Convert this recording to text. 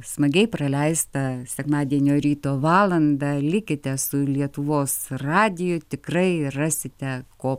smagiai praleistą sekmadienio ryto valandą likite su lietuvos radiju tikrai rasite ko